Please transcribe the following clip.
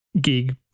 gig